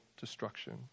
destruction